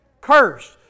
Cursed